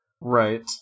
Right